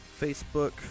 Facebook